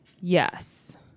Yes